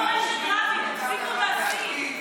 דברו על מורשת רבין, תפסיקו להסית.